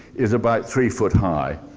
is about three foot high.